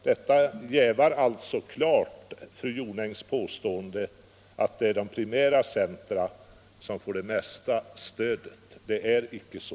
Detta jävar klart fru Jonängs påstående att det är de primära centra som får det mesta stödet. Det är icke så.